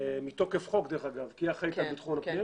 מתוקף חוק כי היא אחראית על ביטחון הפנים.